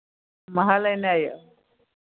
महल एनाइ यए